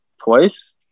twice